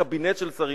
קבינט של שרים,